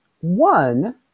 one